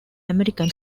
american